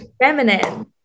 feminine